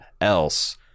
else